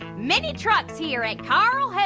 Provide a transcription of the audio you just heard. many trucks here at carl. yeah